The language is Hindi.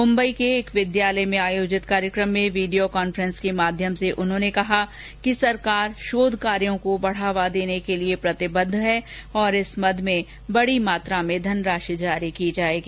मुम्बई के एक विद्यालय में आयोजित कार्यक्रम में वीडियो कांफ्रेंस के माध्यम से उन्होंने कहा कि सरकार शोध कार्य को बढावा देने के लिए प्रतिबद्ध है और इस मद में बडी मात्रा में धनराशि जारी की जायेगी